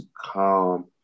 calm